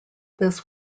this